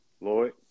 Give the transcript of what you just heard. Lloyd